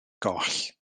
goll